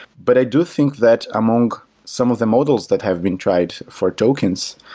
but i do think that among some of the models that have been tried for tokens,